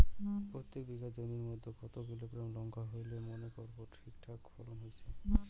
প্রত্যেক বিঘা জমির মইধ্যে কতো কিলোগ্রাম লঙ্কা হইলে মনে করব ঠিকঠাক ফলন হইছে?